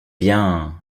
bien